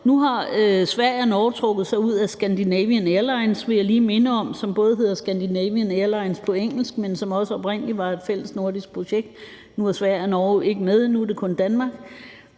Nu har Sverige og Norge trukket sig ud af Scandinavian Airlines, som også hedder Scandinavian Airlines på engelsk. Det var oprindelig et fælles nordisk projekt, men nu er Sverige og Norge ikke med. Nu er det kun Danmark,